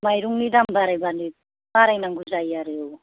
माइरंनि दाम बारायबानो बारायनांगौ जायो आरो